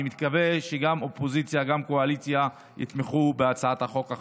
אני מקווה שגם האופוזיציה וגם הקואליציה יתמכו בהצעת החוק החשובה.